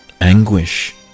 anguish